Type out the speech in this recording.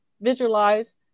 visualize